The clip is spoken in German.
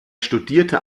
studierte